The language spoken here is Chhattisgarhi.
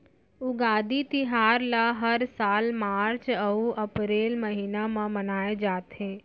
उगादी तिहार ल हर साल मार्च अउ अपरेल महिना म मनाए जाथे